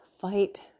fight